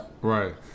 right